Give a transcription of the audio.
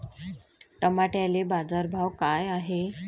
टमाट्याले बाजारभाव काय हाय?